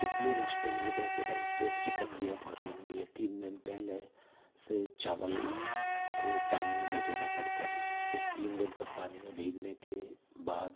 इस लिए मुश्किल मुजे बहुत लगा एक तो इसकी प्रक्रिया बहुत लम्बी है तीन दिन पहले से चावल को पानी में भिगोना पड़ता है फिर तीन दिन तक पानी में भीगने के बाद